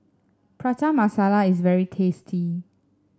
Prata Masala is very tasty